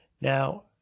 Now